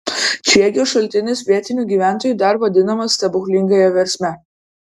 čiegio šaltinis vietinių gyventojų dar vadinamas stebuklingąja versme